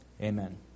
Amen